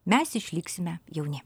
mes išliksime jauni